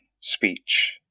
speech